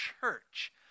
church